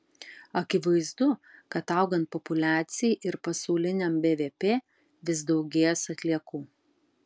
akivaizdu kad augant populiacijai ir pasauliniam bvp vis daugės atliekų